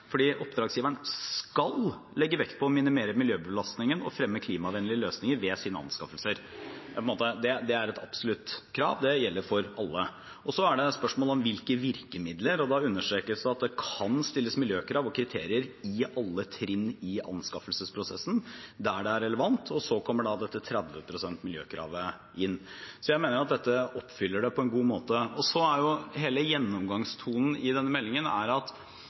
skal legge vekt på å minimere miljøbelastningen og fremme klimavennlige løsninger ved sine anskaffelser Det er et absolutt krav. Det gjelder for alle. Så er spørsmålet om hvilke virkemidler, og da understrekes det at man «kan stille miljøkrav og kriterier i alle trinn av anskaffelsesprosessen der det er relevant». Så kommer dette 30 pst.-miljøkravet inn. Jeg mener at dette oppfyller det på en god måte. Gjennomgangstonen i denne meldingen er at problemet nå egentlig ikke er regelverket. Det kan godt hende at